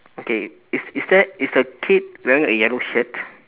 okay is is there is the kid wearing a yellow shirt